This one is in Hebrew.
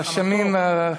רשמים,